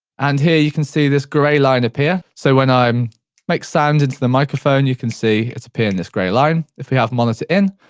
and here you can see this grey line appear, so when i um make sounds into the microphone you can see it appear in this grey line. if we have monitor in,